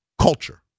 culture